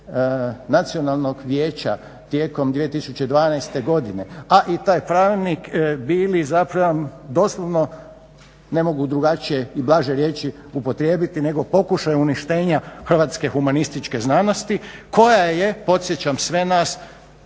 Nacionalnog vijeća tijekom 2012. godine, a i taj Pravilnik bili zapravo doslovno, ne mogu drugačije i blaže reći, upotrijebiti, nego pokušaj uništenja Hrvatske humanističke znanosti koja je, podsjećam sve nas,